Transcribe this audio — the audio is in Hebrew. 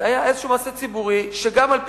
זה היה איזשהו מעשה ציבורי שגם על-פי